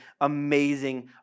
amazing